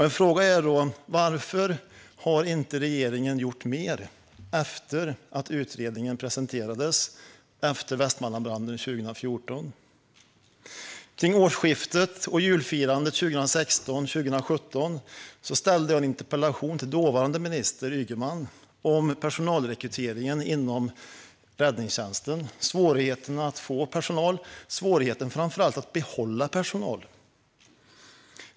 En fråga är då: Varför har inte regeringen gjort mer efter att utredningen efter Västmanlandsbranden 2014 presenterades? Kring årsskiftet och julfirandet 2016/17 ställde jag en interpellation till dåvarande minister Ygeman om personalrekryteringen inom räddningstjänsten. Det handlade om svårigheten att få personal och framför allt om svårigheten att behålla personal.